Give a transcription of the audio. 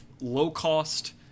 low-cost